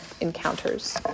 encounters